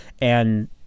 and-